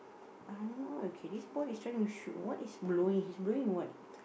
I'm not okay this boy is trying to shoot what is blowing he's blowing what